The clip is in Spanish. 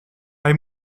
hay